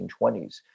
1920s